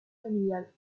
familiale